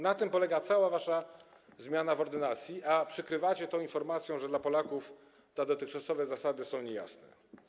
Na tym polega cała wasza zmiana w ordynacji, a przykrywacie to informacją, że dla Polaków te dotychczasowe zasady są niejasne.